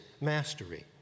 mastery